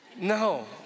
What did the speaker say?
No